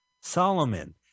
Solomon